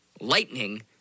lightning